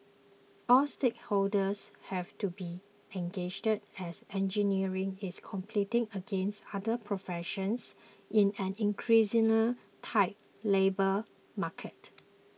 all stakeholders have to be engaged as engineering is competing against other professions in an increasingly tight labour market